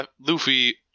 Luffy